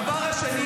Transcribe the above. דבר שני,